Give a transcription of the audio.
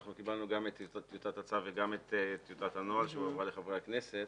אנחנו קיבלנו גם את טיוטת הצו וגם את טיוטת הנוהל שהועברה לחברי הכנסת,